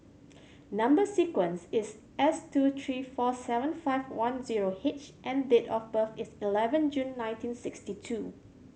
number sequence is S two three four seven five one zero H and date of birth is eleven June nineteen six two